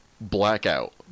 blackout